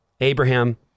Abraham